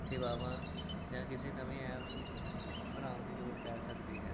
ਸੇਵਾਵਾਂ ਜਾਂ ਕਿਸੇ ਨਵੇਂ ਐਪ ਬਣਾਉਣ ਦੀ ਲੋੜ ਪੈ ਸਕਦੀ ਹੈ